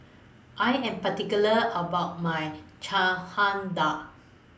I Am particular about My Dal